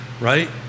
right